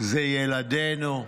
זה ילדינו.